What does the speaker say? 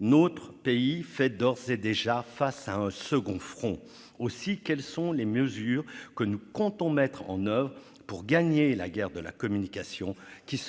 notre pays fait d'ores et déjà face à un second front. Quelles sont les mesures que nous comptons mettre en oeuvre pour gagner la guerre de la communication